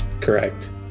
correct